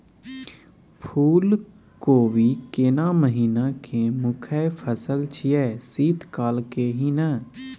फुल कोबी केना महिना के मुखय फसल छियै शीत काल के ही न?